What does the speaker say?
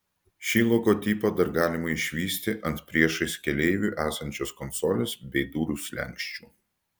šį logotipą dar galima išvysti ant priešais keleivį esančios konsolės bei durų slenksčių